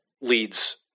leads